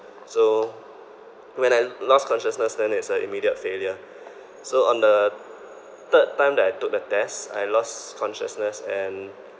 so when I lost consciousness then it's a immediate failure so on the third time that I took the test I lost consciousness and